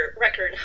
record